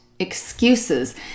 excuses